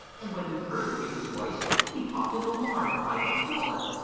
and when he heard peter's voice he popped in alarm behind a tulip.